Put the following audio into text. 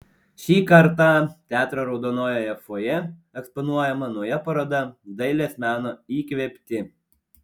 šį kartą teatro raudonojoje fojė eksponuojama nauja paroda dailės meno įkvėpti